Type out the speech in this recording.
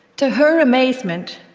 to her amazement,